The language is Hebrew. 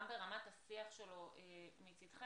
גם ברמת השיח שלו מצדכם,